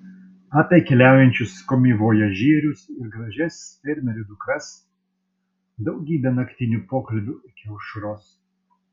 apie keliaujančius komivojažierius ir gražias fermerių dukras daugybė naktinių pokalbių iki aušros